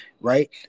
right